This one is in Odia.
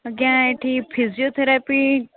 ଆଜ୍ଞା ଏଇଠି ଫିଜିଓଥେରାପି